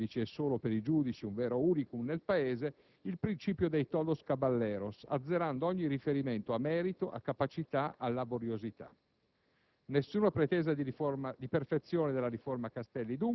legge Breganze o Breganzone. Leggi che hanno affermato per i giudici (e solo per i giudici, un vero *unicum* nel Paese) il principio dei "*todos caballeros*", azzerando ogni riferimento a merito, a capacità, a laboriosità.